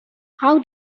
how